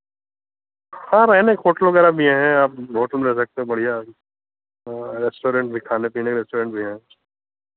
हाँ रहने को होटल वगैरह भी हैं आप होटल में रह सकते हैं बढ़ियाँ रेस्टोरेंट भी खाने पीने के रेस्टोरेंट भी हैं